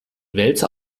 wälzer